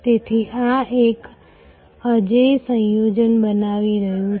તેથી આ એક અજેય સંયોજન બનાવી રહ્યું છે